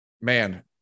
man